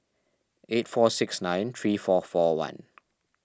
eight four six nine three four four one